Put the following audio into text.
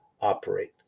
operate